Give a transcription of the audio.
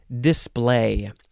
display